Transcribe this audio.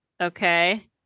okay